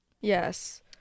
Yes